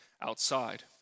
outside